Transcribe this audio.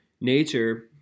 nature